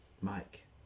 Mike